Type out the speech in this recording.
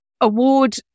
award